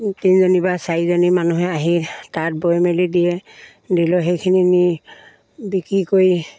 তিনিজনী বা চাৰিজনী মানুহে আহি তাত বৈ মেলি দিয়ে দিলেও সেইখিনি নি বিক্ৰী কৰি